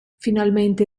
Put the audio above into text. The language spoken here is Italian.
finalmente